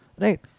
right